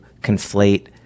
conflate